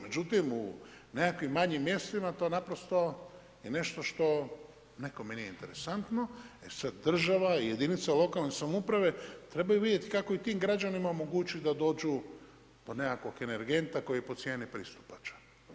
Međutim, u nekakvim manjim mjestima to naprosto je nešto što nekome nije interesantno jer sad država i jedinica lokalne samouprave trebaju vidjeti kako i tim građanima omogućiti da dođu kod nekakvog energenta koji je po cijeni pristupačan.